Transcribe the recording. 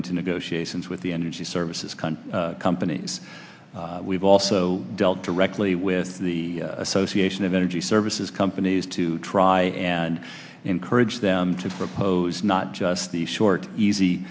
into negotiations with the energy services cunt companies we've also dealt directly with the association of energy services companies to try and encourage them to propose not just the short easy